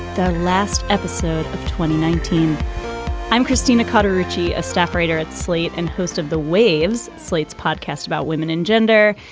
the last episode of twenty nineteen i'm christina cutter ritchie, a staff writer at slate and host of the waves slate's podcast about women and gender.